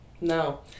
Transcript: no